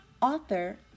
author